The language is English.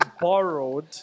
borrowed